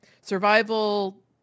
survival